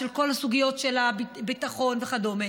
של כל הסוגיות של הביטחון וכדומה.